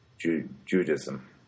Judaism